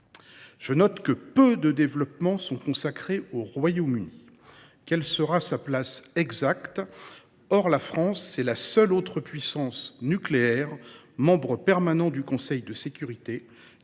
Je note que peu de développements sont consacrés au Royaume Uni. Quelle sera sa place exacte ? En dehors de la France, c’est la seule autre puissance nucléaire, membre permanent du Conseil de sécurité,